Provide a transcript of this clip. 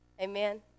Amen